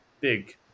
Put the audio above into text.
big